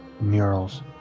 murals